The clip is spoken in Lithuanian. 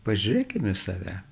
pažiūrėkim į save